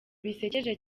bisekeje